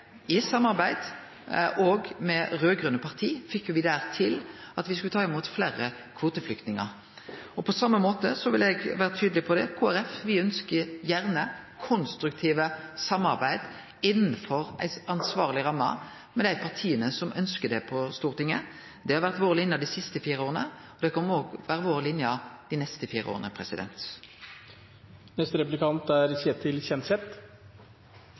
I samarbeid òg med dei raud-grøne partia fekk me til at me skulle ta imot fleire kvoteflyktningar. På same måte vil eg vere tydeleg på at Kristeleg Folkeparti ønskjer gjerne konstruktive samarbeid, innanfor ei ansvarleg ramme, med dei partia på Stortinget som ønskjer det. Det har vore linja vår dei siste fire åra, og det kjem òg til å vere linja vår dei neste fire åra.